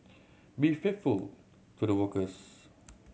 be faithful to the workers